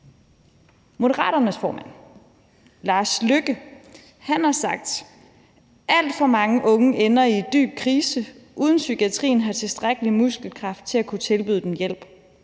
Moderaternes formand, Lars Løkke Rasmussen, har sagt: »Alt for mange unge ender i dyb krise, uden psykiatrien har tilstrækkelig muskelkraft til at kunne tilbyde dem hjælp.